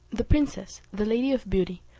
the princess, the lady of beauty,